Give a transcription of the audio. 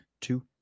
two